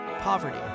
poverty